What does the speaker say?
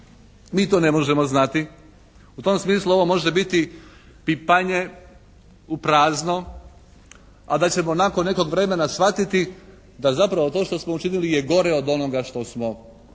Mi to ne možemo znati. U tom smislu ovo može biti pipanje u prazno, a da ćemo nakon nekog vremena shvatiti da zapravo to što smo učinili je gore od onoga što smo željeli,